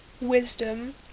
wisdom